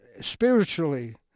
spiritually